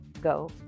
go